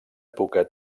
època